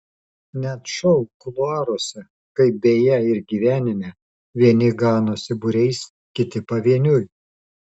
net šou kuluaruose kaip beje ir gyvenime vieni ganosi būriais kiti pavieniui